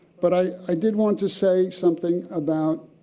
but i i did want to say something about